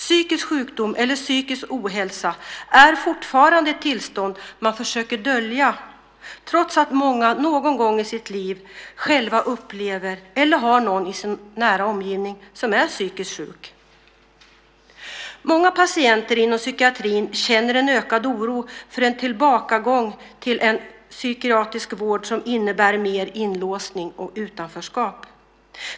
Psykisk sjukdom eller psykisk ohälsa är fortfarande ett tillstånd som man försöker dölja trots att många någon gång i sitt liv själva upplever det eller har någon i sin nära omgivning som är psykiskt sjuk. Många patienter inom psykiatrin känner en ökad oro för en tillbakagång till en psykiatrisk vård som innebär mer inlåsning och utanförskap.